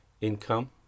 income